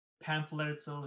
pamphlets